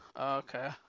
Okay